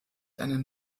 einen